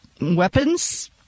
weapons